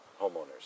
homeowners